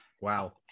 Wow